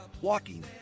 walking